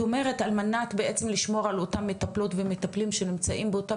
את אומרת על מנת בעצם לשמור על אותם מטפלות ומטפלים שנמצאים באותן